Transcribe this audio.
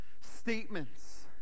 statements